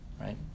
right